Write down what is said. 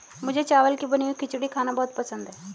मुझे चावल की बनी हुई खिचड़ी खाना बहुत पसंद है